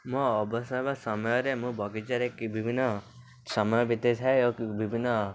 ମୋ ଅବସର ସମୟରେ ମୁଁ ବଗିଚାରେ ବିଭିନ୍ନ ସମୟ ବିତେଇଥାଏ ଆଉ ବିଭିନ୍ନ